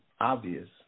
obvious